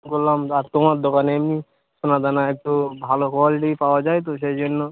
বললাম যে আর তোমার দোকানে এমনি সোনা দানা একটু ভালো কোয়ালিটির পাওয়া যায় তো সেই জন্য